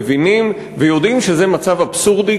מבינים ויודעים שזה מצב אבסורדי,